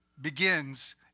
begins